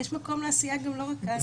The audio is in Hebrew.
יש מקום לעשייה גם לא מכאן.